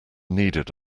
needed